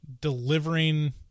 delivering